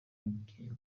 n’ubwigenge